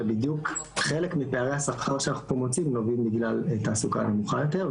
ובדיוק חלק מפערי השכר שאנחנו מוצאים נובעים בגלל תעסוקה נמוכה יותר.